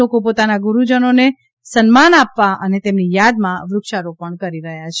લોકો પોતાના ગુરૂજનોને સન્માન આપવા અને તેમની યાદમાં વૃક્ષારોપણ કરી રહ્યાં છે